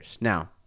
Now